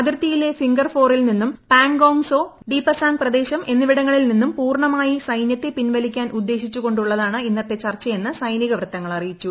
അതിർത്തിയിലെ ഫിംഗർ ഫോറിൽ നിന്നും പാങ്ഗോങ് സോ ഡീപസാംഗ് പ്രദേശം എന്നിവിടങ്ങളിൽ നിന്നും പൂർണ്ണമായി സൈനൃത്തെ പിൻവലിക്കാൻ ഉദ്ദേശിച്ചു കൊണ്ടുള്ളതാണ് ഇന്നത്തെ ചർച്ചയെന്ന് സൈനിക വൃത്തങ്ങൾ അറിയിച്ചു